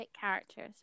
characters